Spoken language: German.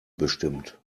bestimmt